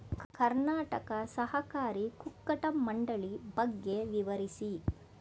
ಕರ್ನಾಟಕ ಸಹಕಾರಿ ಕುಕ್ಕಟ ಮಂಡಳಿ ಬಗ್ಗೆ ವಿವರಿಸಿ?